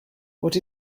what